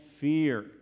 fear